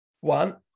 one